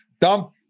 dump